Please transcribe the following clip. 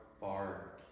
far